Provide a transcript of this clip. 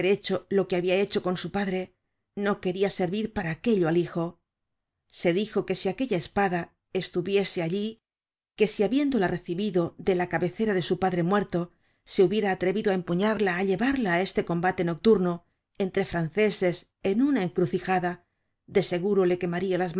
lo que habia hecho con su padre no queria servir para aquello al hijo se dijo que si aquella espada estuviese allí que si habiéndola recibido de la cabecera de su padre muerto se hubiera atrevido á empuñarla y á llevarla á este combate nocturno entre franceses en una encrucijada de seguro le quemaria